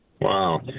Wow